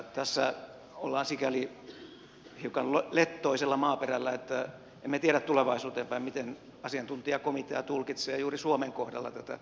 tässä ollaan sikäli hiukan lettoisella maaperällä että emme tiedä tulevaisuuteen päin miten asiantuntijakomitea tulkitsee juuri suomen kohdalla tätä velvollisuutta